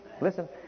Listen